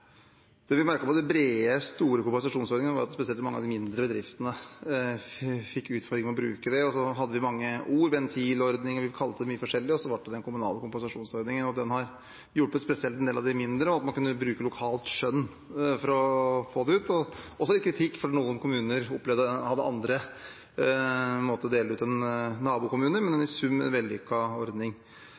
Det vi merket i forbindelse med de brede, store kompensasjonsordningene, var at spesielt mange av de mindre bedriftene fikk utfordringer med å bruke dem. Det var også mange forskjellige navn på dem, f.eks. «ventilordningen» – de ble kalt mye forskjellig – men så ble det til «den kommunale kompensasjonsordningen». Den har hjulpet spesielt en del av de mindre bedriftene, og man kunne også bruke lokalt skjønn for å få midler ut. Det kom også litt kritikk, fordi noen kommuner hadde andre måter å dele ut på enn nabokommuner. Men i sum var det en vellykket ordning.